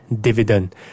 dividend